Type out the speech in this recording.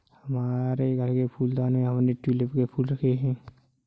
हमारे घर के फूलदान में हमने ट्यूलिप के फूल रखे हैं